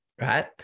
Right